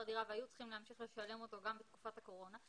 דירה והיו צריכים להמשיך לשלם אותו גם בתקופת הקורונה,